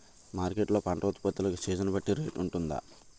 Market లొ పంట ఉత్పత్తి లకు సీజన్ బట్టి రేట్ వుంటుందా?